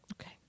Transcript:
Okay